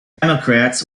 democrats